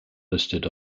listed